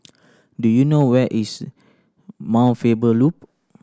do you know where is Mount Faber Loop